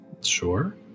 Sure